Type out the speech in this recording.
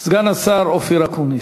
סגן השר אופיר אקוניס.